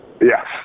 Yes